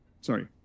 Sorry